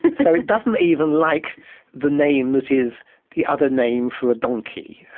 but so it doesn't even like the name that is the other name for a donkey.